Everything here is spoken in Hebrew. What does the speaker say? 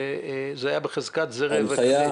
וזה היה בחזקת כזה ראה וקדש.